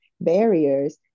barriers